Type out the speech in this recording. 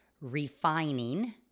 refining